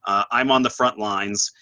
i'm on the front lines.